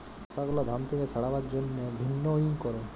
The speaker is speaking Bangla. খসা গুলা ধান থেক্যে ছাড়াবার জন্হে ভিন্নউইং ক্যরে